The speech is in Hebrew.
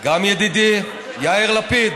גם ידידי יאיר לפיד